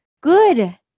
good